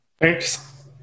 Thanks